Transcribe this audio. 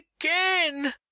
again